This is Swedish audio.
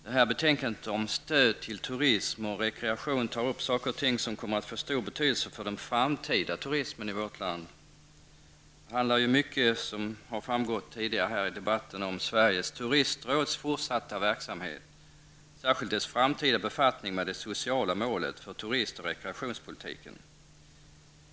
Herr talman! I det här betänkandet om stöd till turism och rekreation behandlas frågor som kommer att få stor betydelse för den framtida turismen i vårt land. Det handlar mycket om Sveriges turistråds fortsatta verksamhet, särskilt dess framtida befattning med det sociala målet för turist och rekreationspolitiken.